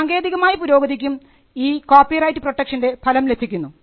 സാങ്കേതികമായ പുരോഗതിക്കും ഈ കോപ്പി റൈറ്റ് പ്രൊട്ടക്ഷൻറെ ഫലം ലഭിക്കുന്നു